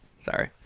Sorry